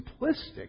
simplistic